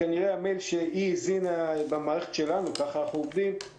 כנראה, המייל שהיא הזינה במערכת שלנו לא מעודכן.